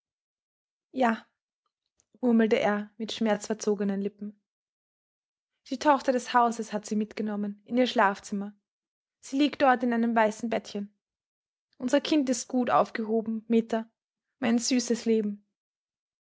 ja murmelte er mit schmerzverzogenen lippen die tochter des hauses hat sie mitgenommen in ihr schlafzimmer sie liegt dort in einem weißen bettchen unser kind ist gut aufgehoben meta mein süßes leben